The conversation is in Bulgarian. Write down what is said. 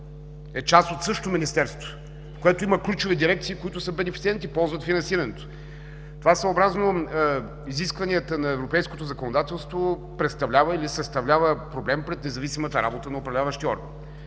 е част от същото Министерство, което има ключови дирекции, които са бенефициенти – ползват финансирането, това съобразно изискванията на европейското законодателство представлява, съставлява проблем пред независимата работа на Управляващия орган.